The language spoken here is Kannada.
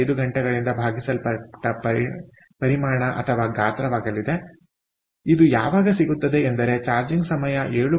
5 ಗಂಟೆಗಳಿಂದ ಭಾಗಿಸಲ್ಪಟ್ಟ ಪರಿಮಾಣಗಾತ್ರವಾಗಲಿದೆಇದು ಯಾವಾಗ ಸಿಗುತ್ತದೆ ಎಂದರೆ ಚಾರ್ಜಿಂಗ್ ಸಮಯ 7